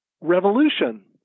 revolution